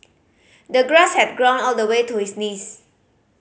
the grass had grown all the way to his knees